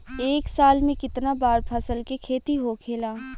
एक साल में कितना बार फसल के खेती होखेला?